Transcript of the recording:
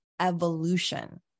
evolution